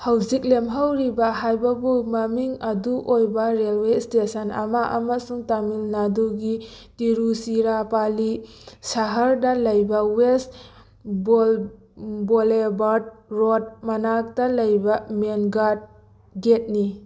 ꯍꯧꯖꯤꯛ ꯂꯦꯝꯍꯧꯔꯤꯕ ꯍꯥꯏꯕꯕꯨ ꯃꯃꯤꯡ ꯑꯗꯨ ꯑꯣꯏꯕ ꯔꯦꯜꯋꯦ ꯏꯁꯇꯦꯁꯟ ꯑꯃ ꯑꯃꯁꯨꯡ ꯇꯥꯃꯤꯜ ꯅꯥꯗꯨꯒꯤ ꯇꯤꯔꯨꯆꯤꯔꯥꯄꯥꯂꯤ ꯁꯍꯔꯗ ꯂꯩꯕ ꯋꯦꯁ ꯕꯣꯂꯦꯚꯥꯔꯗ ꯔꯣꯗ ꯃꯅꯥꯛꯇ ꯂꯩꯕ ꯃꯦꯟ ꯒꯥꯔꯗ ꯒꯦꯠꯅꯤ